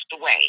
away